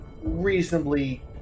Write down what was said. reasonably